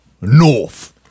North